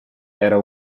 era